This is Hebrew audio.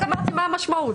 רק אמרתי מה המשמעות.